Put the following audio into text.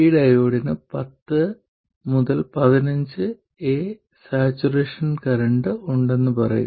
ഈ ഡയോഡിന് 10 15 A saturation current ഉണ്ടെന്ന് ഞാൻ പറയും